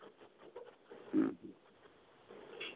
ᱦᱮᱸ ᱦᱮᱸ